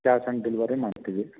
cash on delivery ಮಾಡ್ತೀವಿ